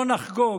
לא נחגוג,